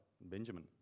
Benjamin